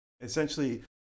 essentially